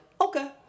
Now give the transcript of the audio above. okay